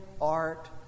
art